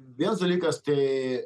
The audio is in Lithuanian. vienas dalykas tai